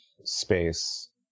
space